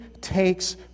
takes